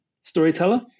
storyteller